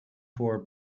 for